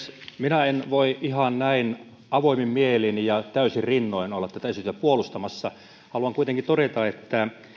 minä en voi ihan näin avoimin mielin ja täysin rinnoin olla tätä esitystä puolustamassa haluan kuitenkin todeta että